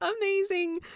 amazing